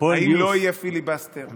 האם לא יהיה פיליבסטר,